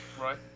Right